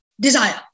desire